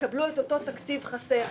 יקבלו את אותו תקציב חסר.